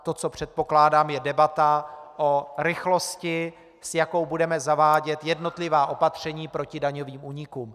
To, co předpokládám, je debata o rychlosti, s jakou budeme zavádět jednotlivá opatření proti daňovým únikům.